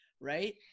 Right